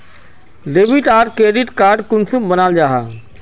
Debit आर credit card कुंसम बनाल जाहा?